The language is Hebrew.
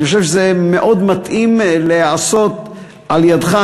אני חושב שזה מאוד מתאים להיעשות על-ידיך,